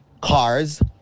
cars